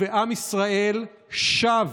ועם ישראל שב